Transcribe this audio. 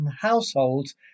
households